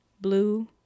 blue